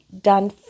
done